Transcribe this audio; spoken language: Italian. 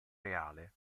reale